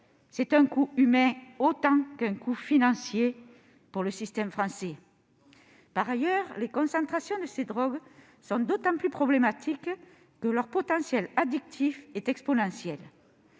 un coût humain autant que financier pour le système français. Par ailleurs, les concentrations de ces drogues sont d'autant plus problématiques que leur potentiel addictif est exponentiel.